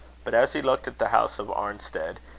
but as he looked at the house of arnstead,